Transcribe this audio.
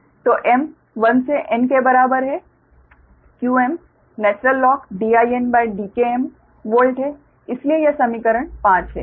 तो m 1 से N के बराबर है qmIn वोल्ट है इसलिए यह समीकरण 5 है